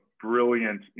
brilliant